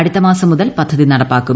അടുത്ത മാസം മുതൽ പദ്ധതി നടപ്പാക്കും